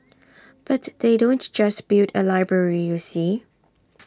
but they don't just build A library you see